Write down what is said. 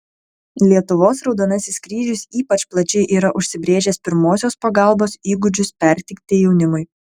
lietuvos raudonasis kryžius ypač plačiai yra užsibrėžęs pirmosios pagalbos įgūdžius perteikti jaunimui